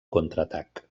contraatac